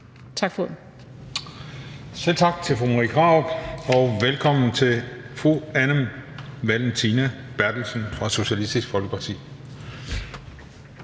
Juhl): Selv tak til fru Marie Krarup, og velkommen til fru Anne Valentina Berthelsen fra Socialistisk Folkeparti.